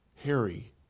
Harry